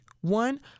one